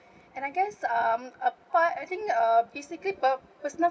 and I guess um a per~ I think uh basically per~ personal